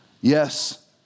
yes